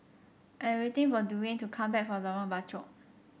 I'm waiting for Duwayne to come back from Lorong Bachok